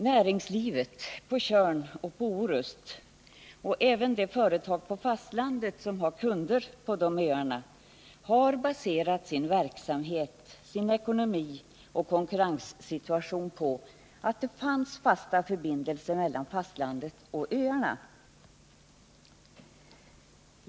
Näringslivet på Tjörn och på Orust har alltså drabbats, men det gäller även de företag på fastlandet som har kunder på dessa öar och har baserat sin verksamhet, sin ekonomi och hela sin konkurrenssituation på att det skulle finnas fasta förbindelser mellan fastlandet och öarna.